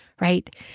right